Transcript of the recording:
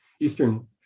eastern